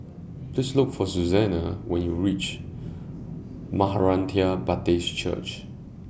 Please Look For Susana when YOU REACH Maranatha Baptist Church